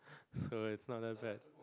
so is not that bad